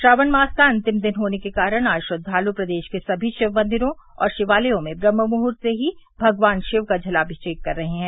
श्रावण मास का अंतिम दिन होने के कारण आज श्रद्वालु प्रदेश के सभी शिवमंदिरों और शिवालयों में ब्रम्हमुहूर्त से ही भगवान शिव का जलामिषेक कर रहे हैं